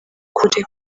kure